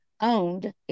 owned